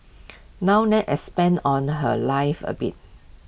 now let's expand on her life A bit